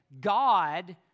God